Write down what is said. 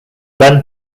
then